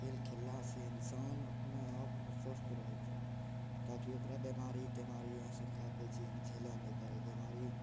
खेल खेललासँ इंसान अपना आपमे स्वस्थ रहय छै ताकि ओकरा बीमारी तेमारी या शंका कोइ चीजके झेलय नहि पड़य बीमारी